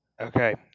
Okay